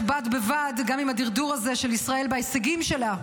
בד בבד גם עם הדרדור הזה של ישראל בהישגים שלה,